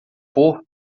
por